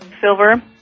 Silver